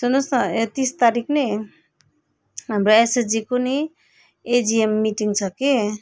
सुन्नुहोस् न यो तिस तारिख नि हाम्रो एसएचजीको नि एजिएम मिटिङ छ कि